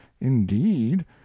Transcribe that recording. indeed